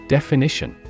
Definition